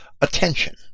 attention